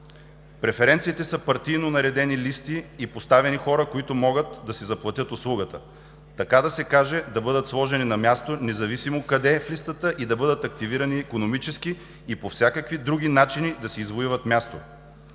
„Преференциите са партийно наредени листи и поставени хора, които могат да си заплатят услугата, така да се каже, да бъдат сложени на място, независимо къде в листата, и да бъдат активирани икономически и по всякакви други начини да си извоюват място.